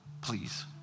please